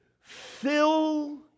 fill